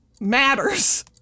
matters